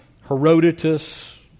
Herodotus